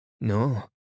No